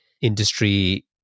industry